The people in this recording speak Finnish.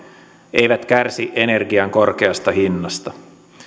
eivät kärsi energian korkeasta hinnasta